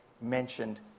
mentioned